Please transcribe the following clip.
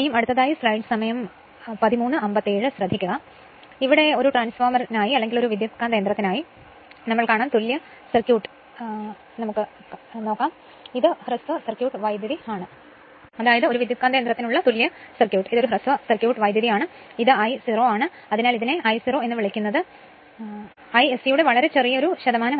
അതിനാൽ ഇത് ഒരു ട്രാൻസ്ഫോർമറിനായി പഠിച്ച തുല്യ സർക്യൂട്ട് vആണ് ഇത് ഷോർട്ട് സർക്യൂട്ട് കറന്റാണ് ഇത് I0 ആണ് എന്നാൽ ഇതിനെ ഈ I0 എന്ന് വിളിക്കുന്നത് ഐഎസ്സിയുടെ വളരെ ചെറിയ ശതമാനമാണ്